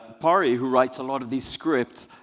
pari, who writes a lot of these scripts,